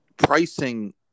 Pricing